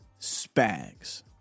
Spags